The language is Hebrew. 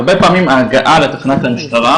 הרבה פעמים ההגעה לתחנת המשטרה,